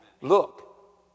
Look